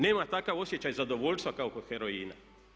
Nema takav osjećaj zadovoljstva kao kod heroina.